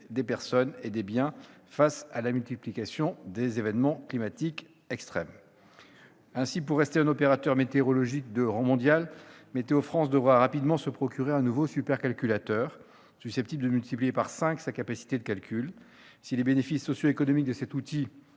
des personnes et des biens face à la multiplication des événements climatiques extrêmes. Pour rester un opérateur météorologique de rang mondial, Météo France devra rapidement se procurer un nouveau supercalculateur susceptible de multiplier par cinq sa capacité de calcul. Si les bénéfices socio-économiques de cet outil